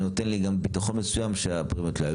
ונותן לי גם ביטחון מסוים שהפרמיות לא יעלו.